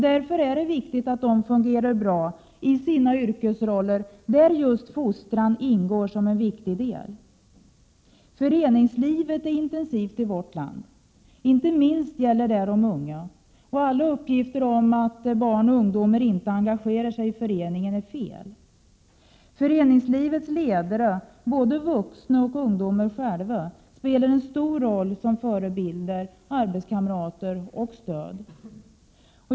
Därför är det viktigt att de fungerar bra i sina yrkesroller, där just fostran ingår som en viktig del. Föreningslivet är intensivt i vårt land. Inte minst gäller det de unga. Alla uppgifter om att dagens unga inte engagerar sig i föreningar är fel. Ledarna, både vuxna och ungdomarna själva, spelar också en stor roll som förebilder, arbetskamrater och stöd.